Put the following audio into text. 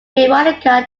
veronica